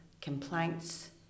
complaints